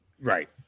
Right